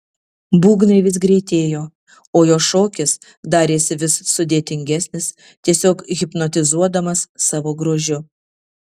būgnai vis greitėjo o jo šokis darėsi vis sudėtingesnis tiesiog hipnotizuodamas savo grožiu